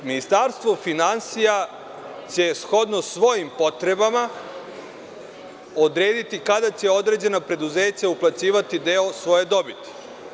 Dakle, Ministarstvo finansija će shodno svojim potreba odrediti kada će određena preduzeća uplaćivati deo svoje dobiti.